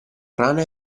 rana